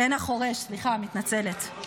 עין החורש, סליחה, מתנצלת.